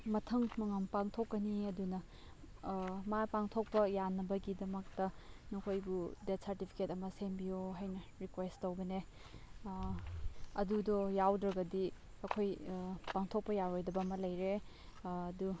ꯃꯊꯧ ꯃꯉꯝ ꯄꯥꯡꯊꯣꯛꯀꯅꯤ ꯑꯗꯨꯅ ꯃꯥ ꯄꯥꯡꯊꯣꯛꯄ ꯌꯥꯅꯕꯒꯤꯗꯃꯛꯇ ꯅꯈꯣꯏꯕꯨ ꯗꯦꯠ ꯁꯥꯔꯇꯤꯐꯤꯀꯦꯠ ꯑꯃ ꯁꯦꯝꯕꯤꯌꯣ ꯍꯥꯏꯅ ꯔꯤꯀ꯭ꯋꯦꯁ ꯇꯧꯕꯅꯦ ꯑꯗꯨꯗꯣ ꯌꯥꯎꯗ꯭ꯔꯒꯗꯤ ꯑꯩꯈꯣꯏ ꯄꯥꯡꯊꯣꯛꯄ ꯌꯥꯔꯣꯏꯗꯕ ꯑꯃ ꯂꯩꯔꯦ ꯑꯗꯨ